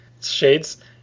shades